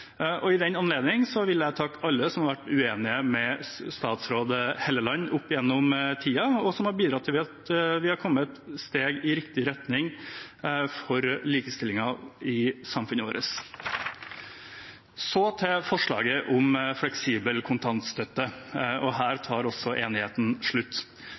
I den anledning vil jeg takke alle som har vært uenig med statsråd Hofstad Helleland opp gjennom tiden, og som har bidratt til at vi har kommet noen steg i riktig retning for likestillingen i samfunnet vårt. Til forslaget om fleksibel kontantstøtte – og her tar enigheten slutt: